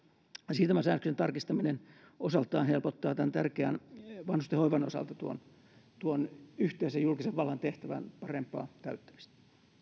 siirtymäsäännöksen tarkistaminen osaltaan helpottaa tämän tärkeän vanhustenhoivan osalta tuon yhteisen julkisen vallan tehtävän parempaa täyttämistä